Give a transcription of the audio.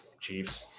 Chiefs